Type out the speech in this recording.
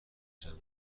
جمع